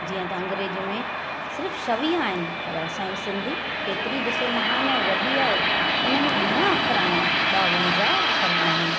जीअं त अंग्रेज़ीअ में सिर्फ़ु छवीह आहिनि पर असांजी सिंधी केतिरी ॾिसो महान ऐं वॾी आहे हुनमें ॿीणा अख़र आहिनि बावंजाहु अख़र आहिनि